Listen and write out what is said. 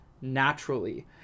naturally